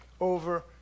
over